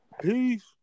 Peace